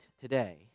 today